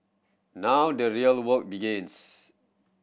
now the real work begins